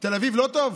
תל אביב לא טוב?